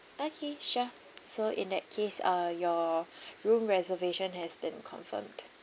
okay sure so in that case uh your room reservation has been confirmed